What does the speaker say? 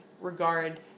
regard